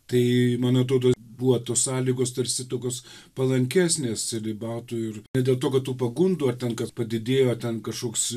tai mano buvo tos sąlygos tarsi tokios palankesnės celibatui ir ne dėl to kad tų pagundų ar ten kas padidėjo ten kažkoks